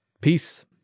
Peace